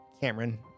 Cameron